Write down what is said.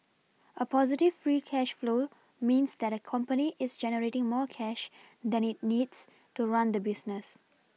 a positive free cash flow means that a company is generating more cash than it needs to run the business